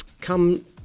come